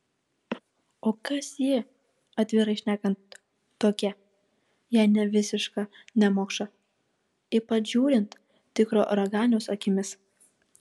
o kas ji atvirai šnekant tokia jei ne visiška nemokša ypač žiūrint tikro raganiaus akimis